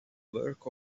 work